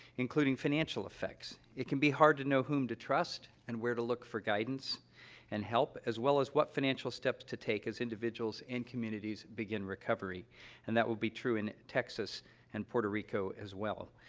including financial effects. it can be hard to know whom to trust and where to look for guidance and help, as well as what financial steps to take as individuals and communities begin recovery, and that will be true in texas and puerto rico, as well.